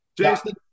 Jason